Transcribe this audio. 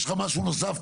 יש לך משהו נוסף